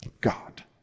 God